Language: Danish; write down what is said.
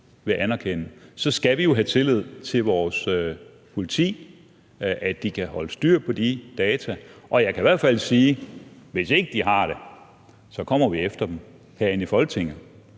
vil anerkende – skal vi jo have tillid til vores politi, og at de kan holde styr på de data. Jeg kan i hvert fald sige, at vi, hvis ikke de kan det, så kommer efter dem herinde fra Folketingets